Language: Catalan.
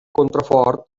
contrafort